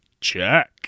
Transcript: Check